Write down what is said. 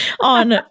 on